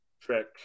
trick